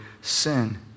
sin